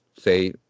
say